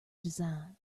design